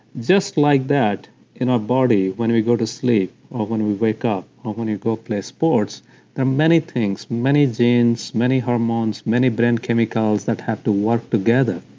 just like that in our body, when we go to sleep or when we wake up or when you go play sports there are many things, many genes, many hormones, many brain chemicals that have to work together.